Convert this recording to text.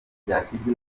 ryashyizwe